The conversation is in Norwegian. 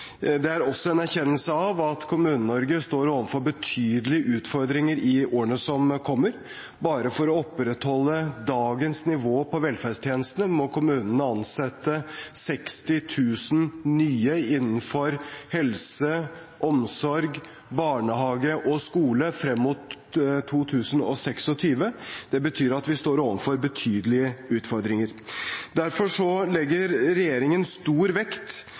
Det er også en erkjennelse av at Kommune-Norge står overfor betydelige utfordringer i årene som kommer. Bare for å opprettholde dagens nivå på velferdstjenestene må kommunene ansette 60 000 nye innenfor helse, omsorg, barnehage og skole frem mot 2026. Det betyr at vi står overfor betydelige utfordringer. Derfor legger regjeringen stor vekt